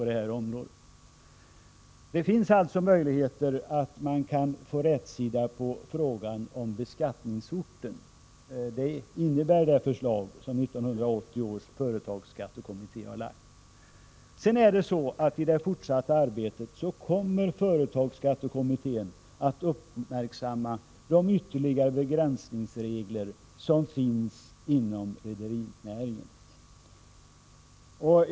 Det finns alltså möjlighet att få rätsida på frågan om beskattningsorten. Det är innebörden i det förslag som 1980 års företagsskattekommitté har lagt fram. I det fortsatta arbetet kommer företagsskattekommittén att uppmärksamma de ytterligare begränsningsregler som finns inom rederinäringen.